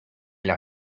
las